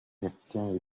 хятадын